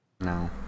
No